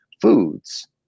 foods